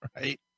Right